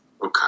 Okay